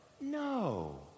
No